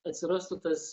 atsirastų tas